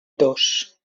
dos